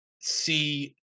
see